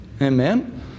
Amen